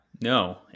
no